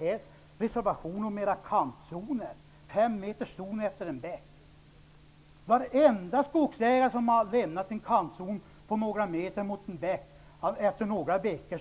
I reservationen om kantzoner vill ni ha fem meters zon längs en bäck. Varenda skogsägare som har lämnat en kantzon på några meter mot en bäck får efter några veckor